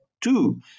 two